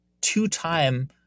two-time